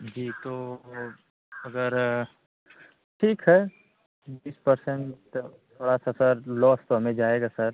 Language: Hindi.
जी तो अगर ठीक है बीस परसेंट तो थोड़ा सा सर लॉस तो हमें जाएगा सर